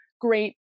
great